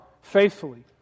faithfully